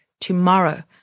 tomorrow